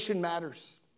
matters